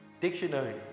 Dictionary